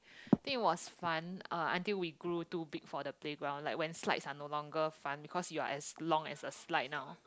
think it was fun uh until we grew too big for the playground like when slides are no longer fun because you are as long as a slide now